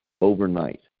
overnight